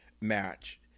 match